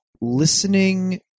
listening